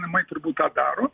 namai turbūt tą daro